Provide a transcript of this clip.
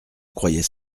croyais